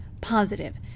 Positive